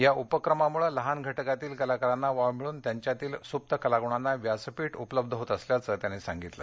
या उपक्रमामुळे लहान घटकातील कलाकारांना वाव मिळून त्यांच्यामधील सुप्त कलागुणांना व्यासपीठ उपलब्ध होत असल्याचं कोश्यारी यावेळी म्हणाले